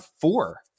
four